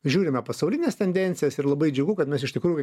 žiūrime pasaulines tendencijas ir labai džiugu kad mes iš tikrųjų